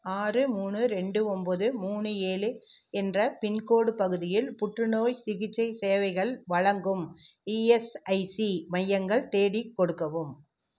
ஆறு மூணு ரெண்டு ஒன்போது மூணு ஏழு என்ற பின்கோடு பகுதியில் புற்றுநோய் சிகிச்சை சேவைகள் வழங்கும் இஎஸ்ஐசி மையங்கள் தேடிக்கொடுக்கவும்